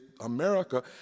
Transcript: America